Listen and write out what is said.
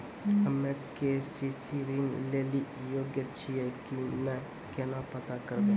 हम्मे के.सी.सी ऋण लेली योग्य छियै की नैय केना पता करबै?